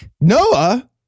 Noah